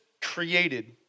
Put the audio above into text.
created